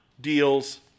deals